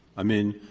i mean,